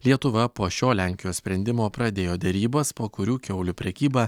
lietuva po šio lenkijos sprendimo pradėjo derybas po kurių kiaulių prekyba